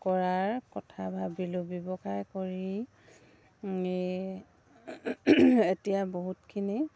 কৰাৰ কথা ভাবিলোঁ ব্যৱসায় কৰিয়ে এতিয়া বহুতখিনি